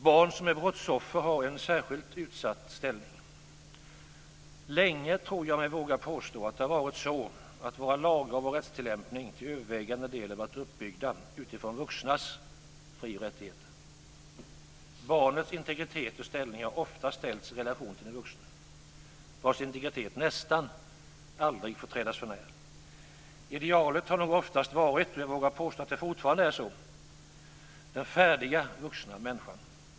Barn som är brottsoffer har en särskilt utsatt ställning. Länge, tror jag mig våga påstå, har det varit så att våra lagar och vår rättstillämpning till övervägande del har varit uppbyggda utifrån vuxnas fri och rättigheter. Barnets integritet och ställning har ofta ställts i relation till den vuxne, vars integritet nästan aldrig får trädas för när. Idealet har nog oftast varit - och jag vågar påstå att det fortfarande är så - den färdiga vuxna människan.